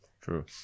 True